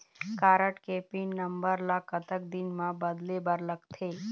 Card के pin number ला कतक दिन म बदले बर लगथे?